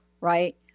right